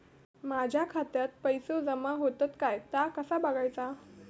माझ्या खात्यात पैसो जमा होतत काय ता कसा बगायचा?